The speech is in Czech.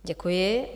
Děkuji.